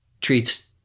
treats